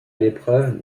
l’épreuve